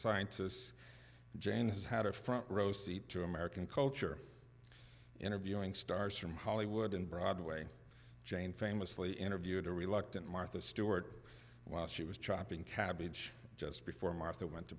scientists janice had a front row seat to american culture interviewing stars from hollywood and broadway jane famously interviewed a reluctant martha stewart while she was chopping cabbage just before martha went to